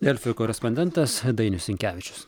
delfi korespondentas dainius sinkevičius